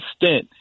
extent